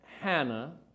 Hannah